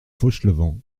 fauchelevent